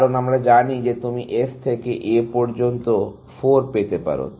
কারণ আমরা জানি যে তুমি S থেকে A পর্যন্ত 4 পেতে পারো